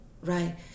Right